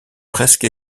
presque